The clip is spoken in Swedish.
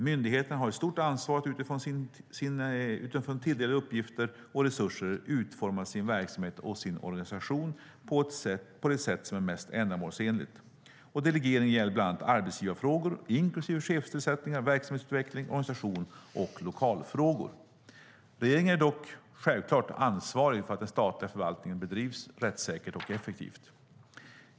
Myndigheterna har ett stort ansvar att utifrån tilldelade uppgifter och resurser utforma sina verksamheter och sin organisation på det sätt som är mest ändamålsenligt. Delegeringen gäller bland annat arbetsgivarfrågor, inklusive chefstillsättningar, verksamhetsutveckling, organisation och lokalfrågor. Regeringen är dock självklart ansvarig för att den statliga förvaltningen bedrivs rättssäkert och effektivt.